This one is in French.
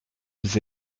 ils